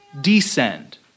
descend